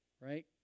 Right